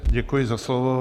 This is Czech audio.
Děkuji za slovo.